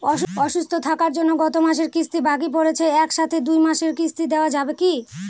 অসুস্থ থাকার জন্য গত মাসের কিস্তি বাকি পরেছে এক সাথে দুই মাসের কিস্তি দেওয়া যাবে কি?